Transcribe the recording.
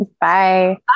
Bye